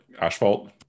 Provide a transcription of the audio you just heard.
asphalt